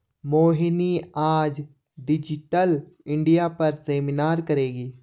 मोहिनी आज digital India पर seminar करेगी